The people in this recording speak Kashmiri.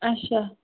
اَچھا